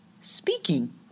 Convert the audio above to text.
speaking